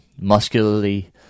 muscularly